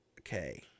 Okay